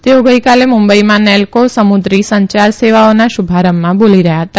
તેઓ ગઈકાલે મુંબઈમાં નેલ્કો સમુદ્રી સંચાર સેવાઓના શુભારંભમાં બોલી રહયાં હતા